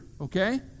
okay